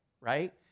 right